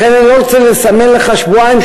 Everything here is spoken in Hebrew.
לכן אני לא רוצה לסמן לך שבועיים-שלושה,